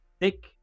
thick